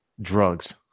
Drugs